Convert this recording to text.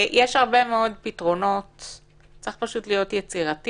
יש הרבה מאוד פתרונות וצריך להיות יצירתי.